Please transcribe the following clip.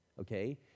okay